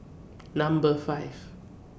Number five